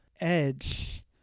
edge